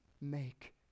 make